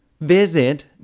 visit